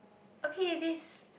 okay it is